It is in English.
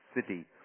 city